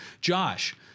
Josh